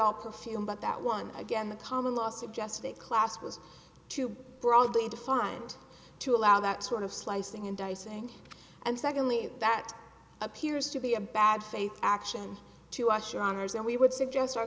all perfume but that one again the common law suggested a class was too broadly defined to allow that sort of slicing and dicing and secondly that appears to be a bad faith action to wash your honour's and we would suggest